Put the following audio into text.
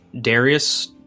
Darius